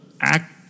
act